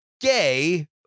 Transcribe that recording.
gay